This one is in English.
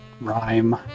rhyme